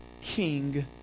king